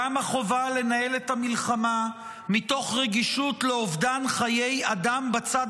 גם החובה לנהל את המלחמה מתוך רגישות לאובדן חיי אדם בצד